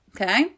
okay